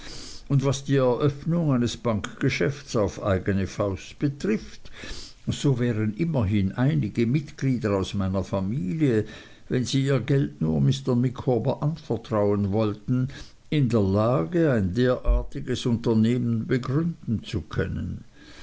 und was die eröffnung eines bankgeschäfts auf eigne faust betrifft so wären immerhin einige mitglieder aus meiner familie wenn sie ihr geld nur mr micawber anvertrauen wollten in der lage ein derartiges unternehmen begründen zu können